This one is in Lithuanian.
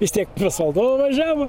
vis tiek pris valdovą važiavo